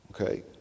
okay